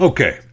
Okay